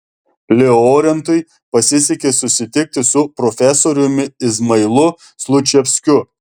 liorentui pasisekė susitikti su profesoriumi izmailu slučevskiu